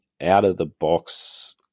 out-of-the-box